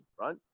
right